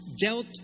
dealt